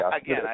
again